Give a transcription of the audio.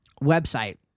website